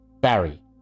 Barry